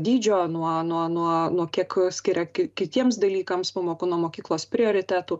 dydžio nuo nuo nuo nuo kiek skiria ki kitiems dalykams pamokų nuo mokyklos prioritetų